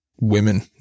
women